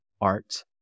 art